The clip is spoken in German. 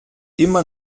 immer